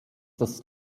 das